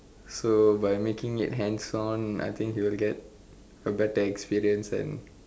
so by making it hands on I think he will get a better experience and